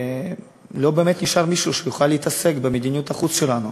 ולא באמת נשאר מישהו שיוכל להתעסק במדיניות החוץ שלנו.